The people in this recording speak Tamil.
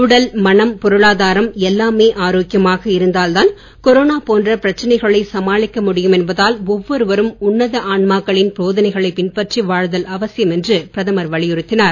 உடல் மனம் பொருளாதாரம் எல்லாமே ஆராக்கியமாக இருந்தால்தான் கொரோனா போன்ற பிரச்சனைகளை சமாளிக்க முடியும் என்பதால் ஒவ்வொருவரும் உன்னத ஆன்மாக்களின் போதனைகளைப் பின்பற்றி வாழ்தல் அவசியம் என்று பிரதமர் வலியுறுத்தினார்